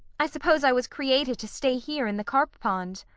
i suppose i was created to stay here in the carp pond.